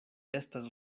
estas